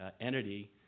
entity